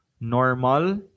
normal